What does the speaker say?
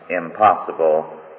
impossible